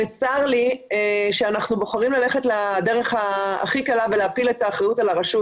צר לי שאנחנו בוחרים ללכת לדרך הכי קלה ולהפיל את האחריות על הרשות,